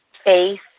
Faith